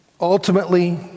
Ultimately